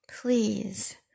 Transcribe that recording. Please